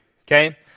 Okay